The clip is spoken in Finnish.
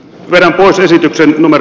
ruotsin esityksen omat